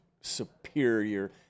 superior